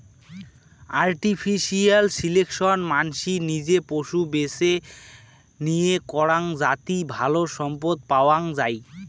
artificial selection মানসি নিজে পশু বেছে নিয়ে করাং যাতি ভালো সম্পদ পাওয়াঙ যাই